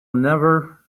never